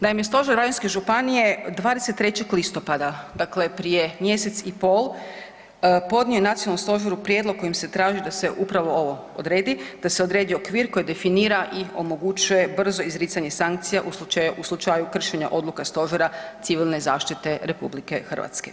Naime, stožer Varaždinske županije je 23. listopada dakle prije mjesec i pol podnio nacionalnom stožeru prijedlog kojim se traži da se upravo ovo odredi, da se odredi okvir koji definira i omogućuje brzo izricanje sankcija u slučaju kršenja odluka Stožera civilne zaštite RH.